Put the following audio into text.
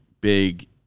big